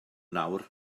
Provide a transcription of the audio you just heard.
nawr